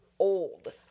Old